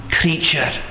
creature